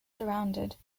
surrounded